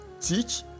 teach